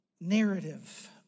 narrative